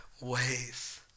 ways